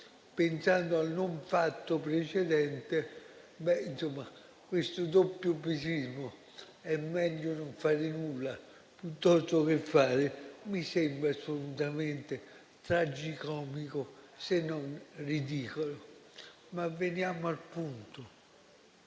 pensando al non fatto precedente, insomma, questo doppiopesismo, per cui è meglio non fare nulla piuttosto che fare, mi sembra assolutamente tragicomico, se non ridicolo. Ma veniamo al punto,